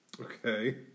Okay